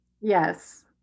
Yes